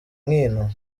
nkino